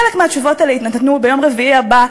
חלק מהתשובות האלה יינתנו ביום רביעי הבא,